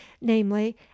namely